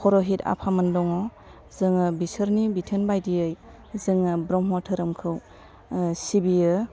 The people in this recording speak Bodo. पर'हिट आफामोन दङ जोङो बिसोरनि बिथोन बादियै जोङो ब्रह्म धोरोमखौ सिबियो